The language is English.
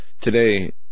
today